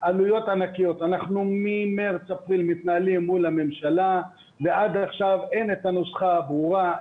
אנחנו ממרץ אפריל מתנהלים מול הממשלה ועד עכשיו אין את הנוסחה הברורה,